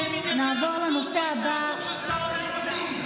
תתחילו, בהתנהגות של שר המשפטים.